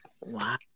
wow